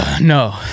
No